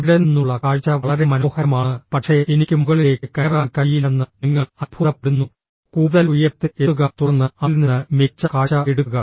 ഇവിടെ നിന്നുള്ള കാഴ്ച വളരെ മനോഹരമാണ് പക്ഷേ എനിക്ക് മുകളിലേക്ക് കയറാൻ കഴിയില്ലെന്ന് നിങ്ങൾ അത്ഭുതപ്പെടുന്നു കൂടുതൽ ഉയരത്തിൽ എത്തുക തുടർന്ന് അതിൽ നിന്ന് മികച്ച കാഴ്ച എടുക്കുക